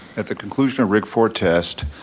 at the conclusion of rig four test,